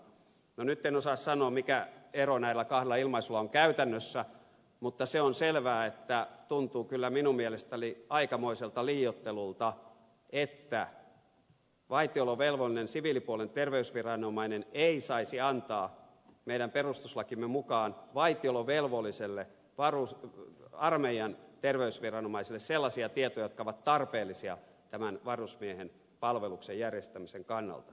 no nyt en osaa sanoa mikä ero näillä kahdella ilmaisulla on käytännössä mutta se on selvää että tuntuu kyllä minun mielestäni aikamoiselta liioittelulta että vaitiolovelvollinen siviilipuolen terveysviranomainen ei saisi antaa meidän perustuslakimme mukaan vaitiolovelvolliselle armeijan terveysviranomaiselle sellaisia tietoja jotka ovat tarpeellisia tämän varusmiehen palveluksen järjestämisen kannalta